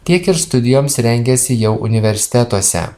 tiek ir studijoms rengėsi jau universitetuose